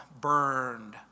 burned